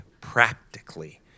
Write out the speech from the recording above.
practically